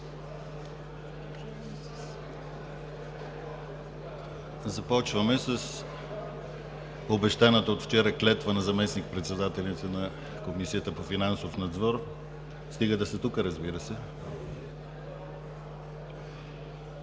Започваме с обещаната от вчера клетва на заместник-председателите на Комисията по финансов надзор. Моля да поканите